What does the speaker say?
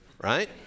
right